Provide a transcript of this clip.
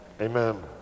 Amen